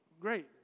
great